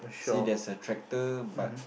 see there's a tractor but